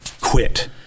Quit